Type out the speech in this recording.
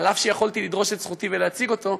אף שיכולתי לדרוש את זכותי ולהציג אותו,